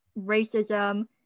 racism